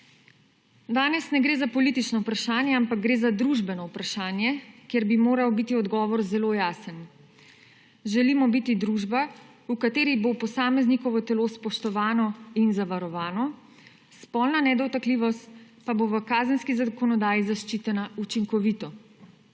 Danes ne gre za politično vprašanje, ampak gre za družbeno vprašanj, kjer bi moral biti odgovor zelo jasen. Želimo biti družba, v kateri bo posameznikovo telo spoštovano in zavarovano spolna nedotakljivost pa bo v kazenski zakonodaji zaščitena učinkovito.